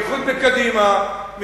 בייחוד בקדימה,